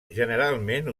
generalment